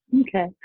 Okay